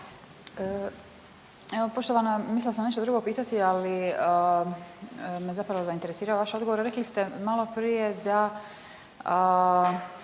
poštovana, mislila sam nešto drugo pitati, ali me zapravo zainteresirao vaš odgovor. Rekli ste maloprije da